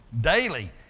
daily